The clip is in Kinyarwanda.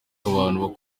abantu